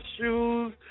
shoes